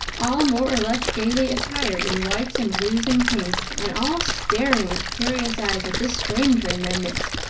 all more or less gaily attired in whites and blues and pinks, and all staring with curious eyes at this stranger in their midst,